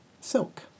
Silk